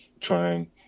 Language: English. trying